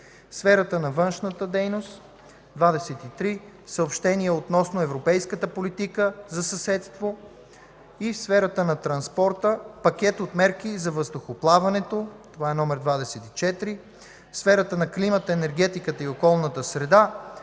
сферата на външната дейност: 23. Съобщение относно европейската политика за съседство. В сферата на транспорта: 24. Пакет от мерки за въздухоплаването. В сферата на климата, енергетиката и околната среда: